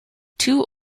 two